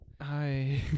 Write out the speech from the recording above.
hi